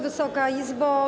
Wysoka Izbo!